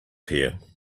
here